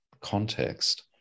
context